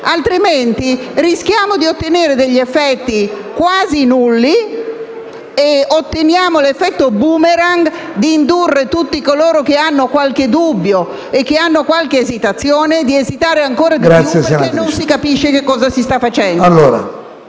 contrario, rischiamo di ottenere degli effetti quasi nulli e l'effetto *boomerang* di indurre tutti coloro che hanno qualche dubbio ed esitazione ad esitare ancora di più, perché non si capisce cosa si sta facendo.